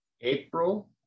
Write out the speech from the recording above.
April